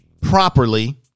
properly